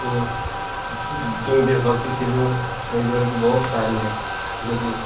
वो क्योंकि देशभक्ति फिल्में सनी देओल की बहुत सारी हैं जो कि